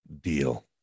deal